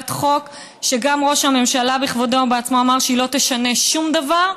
הצעת חוק שגם ראש הממשלה בכבודו ובעצמו אמר שהיא לא תשנה שום דבר,